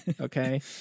Okay